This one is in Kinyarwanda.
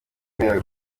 kubera